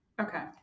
Okay